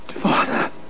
Father